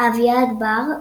אביעד בר,